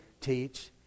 teach